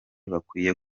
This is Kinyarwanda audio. bakwiye